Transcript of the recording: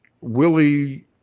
Willie